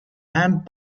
and